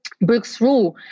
breakthrough